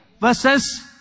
versus